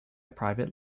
private